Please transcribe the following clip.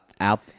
out